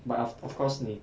but of of course 你